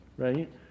right